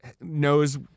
knows